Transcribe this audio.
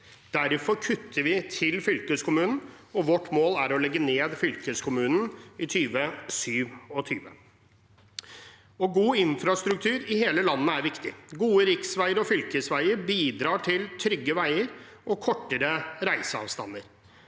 Derfor kutter vi til fylkeskommunen, og vårt mål er å legge ned fylkeskommunen i 2027. God infrastruktur i hele landet er viktig. Gode riksveier og fylkesveier bidrar til trygge veier og kortere rei seavstander.